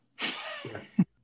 Yes